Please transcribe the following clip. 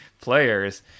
players